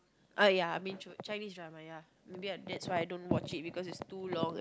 ah ya I mean true Chinese drama ya maybe I that's why I don't watch it maybe it's too long